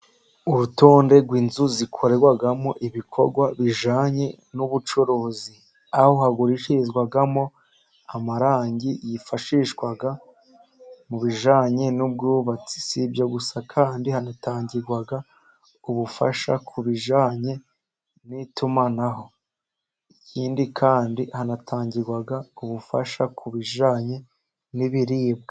Urutonde rw'inzu zikorerwamo ibikorwa bijyanye n'ubucuruzi, aho hagurishirizwamo amarangi yifashishwa mu bijyanye n'ubwubatsi. Si ibyo gusa kandi, hanatangirwa ubufasha ku bijyanye n'itumanaho. Ikindi kandi hanatangirwa ubufasha ku bijyanye n'ibiribwa.